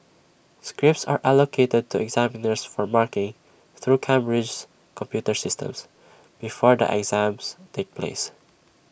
scripts are allocated to examiners for marking through Cambridge's computer systems before the exams take place